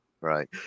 Right